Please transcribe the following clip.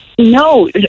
No